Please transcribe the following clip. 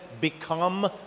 Become